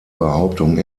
behauptung